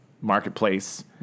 marketplace